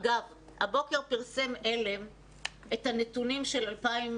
אגב, הבוקר פרסם על"ם את הנתונים של 2020,